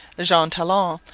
jean talon,